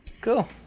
Cool